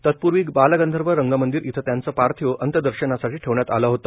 तत्पूर्वी बालंगंधर्व रंगमंदिर इथं त्यांचे पार्थिव अंत्यदर्शनासाठी ठेवण्यात आले होते